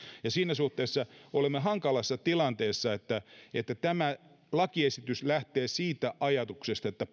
ja siinä suhteessa olemme hankalassa tilanteessa tämä lakialoite lähtee siitä ajatuksesta että